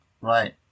Right